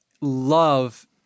love